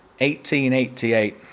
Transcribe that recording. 1888